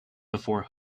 before